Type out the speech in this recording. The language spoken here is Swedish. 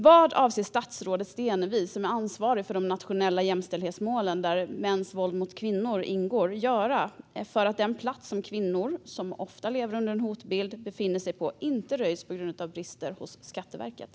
Vad avser statsrådet Stenevi, som är ansvarig för de nationella jämställdhetsmålen där mäns våld mot kvinnor ingår, att göra för att den plats som kvinnor som ofta lever under en hotbild befinner sig på inte ska röjas på grund av brister hos Skatteverket?